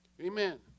Amen